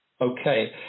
Okay